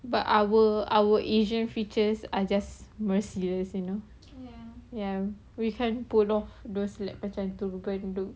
but our our asian features are just you know ya we can't rock those like macam turban look